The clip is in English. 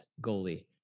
goalie